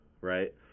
right